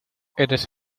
eres